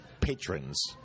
patrons